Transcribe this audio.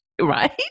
Right